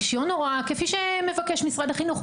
רשיון הוראה כפי שמבקש משרד החינוך,